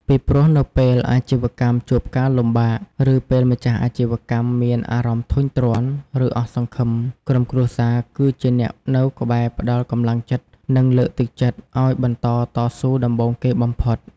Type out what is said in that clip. ពីព្រោះ នៅពេលអាជីវកម្មជួបការលំបាក ឬពេលម្ចាស់អាជីវកម្មមានអារម្មណ៍ធុញទ្រាន់ ឬអស់សង្ឃឹម ក្រុមគ្រួសារគឺជាអ្នកនៅក្បែរផ្តល់កម្លាំងចិត្ត និងលើកទឹកចិត្តឲ្យបន្តតស៊ូដំបូងគេបំផុត។